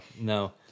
No